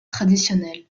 traditionnel